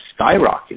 skyrocketed